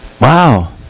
wow